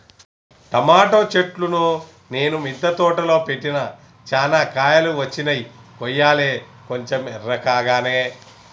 tomato చెట్లును నేను మిద్ద తోటలో పెట్టిన చానా కాయలు వచ్చినై కొయ్యలే కొంచెం ఎర్రకాగానే